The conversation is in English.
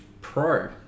Pro